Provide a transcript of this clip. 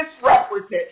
misrepresent